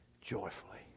joyfully